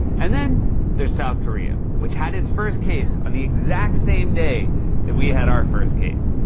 and then there's south korea, which had its first case on the exact same day that we had our first case.